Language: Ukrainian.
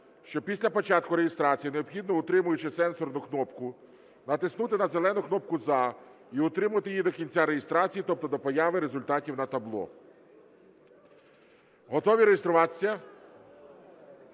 що після початку реєстрації необхідно, утримуючи сенсорну кнопку, натиснути на зелену кнопку "За" і утримувати її до кінця реєстрації, тобто до появи результатів на табло. Готові реєструватися?